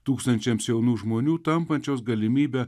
tūkstančiams jaunų žmonių tampančios galimybe